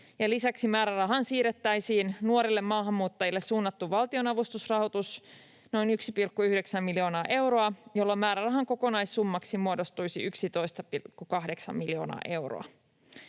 lisäksi määrärahaan siirrettäisiin nuorille maahanmuuttajille suunnattu valtionavustusrahoitus, noin 1,9 miljoonaa euroa, jolloin määrärahan kokonaissummaksi muodostuisi 11,8 miljoonaa euroa.